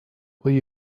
will